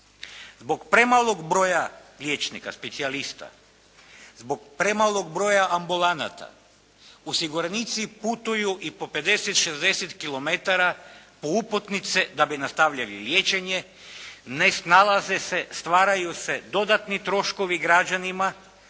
Zbog premalog broja liječnika specijalista, zbog premalog broja ambulanata osiguranici putuju i po 50, 60 kilometara po uputnice da bi nastavljali liječenje, ne snalaze se, stvaraju se dodatni troškovi građani,